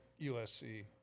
USC